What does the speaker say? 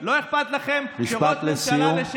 לא אכפת לכם, משפט לסיום.